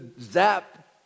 zap